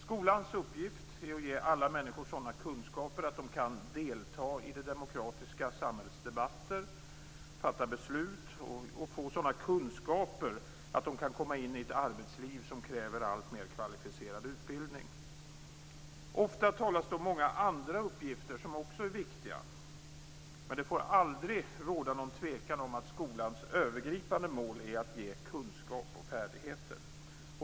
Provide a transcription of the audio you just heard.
Skolans uppgift är att ge alla människor sådana kunskaper att de kan delta i det demokratiska samhällets debatter, fatta beslut och få sådana kunskaper att de kan komma in i ett arbetsliv som kräver alltmer kvalificerad utbildning. Ofta talas det om många andra uppgifter som också är viktiga, men det får aldrig råda någon tvekan om att skolans övergripande mål är att ge kunskap och färdigheter.